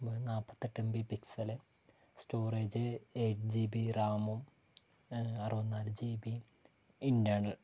വെറും നാപ്പത്തെട്ട് M B pixel storage eight G B റാമും അറുപത്തിനാല് ജി ബി ഇൻറ്റർണൽ